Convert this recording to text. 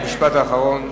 חבר הכנסת טיבי, משפט אחרון.